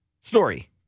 Story